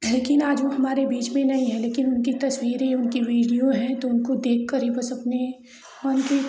है कि आज वो हमारे बीच में नहीं है लेकिन उनकी तस्वीरें उनकी बीडिओ है तो उनको देख कर ही बस अपने मन में